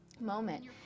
moment